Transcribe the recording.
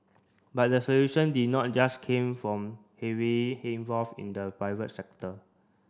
but the solution did not a just came from heavily involved in the private sector